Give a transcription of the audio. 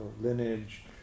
lineage